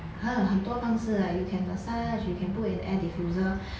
!huh! 很多当是来 you can massage you can put in air diffuser